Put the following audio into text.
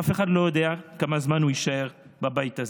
אף אחד לא יודע כמה זמן הוא יישאר בבית הזה,